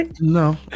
no